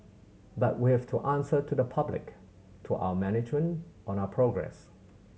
but we have to answer to the public to our management on our progress